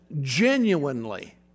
genuinely